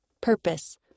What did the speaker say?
Purpose